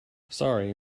sorry